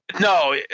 No